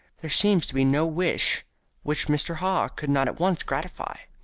there seems to be no wish which mr. haw could not at once gratify.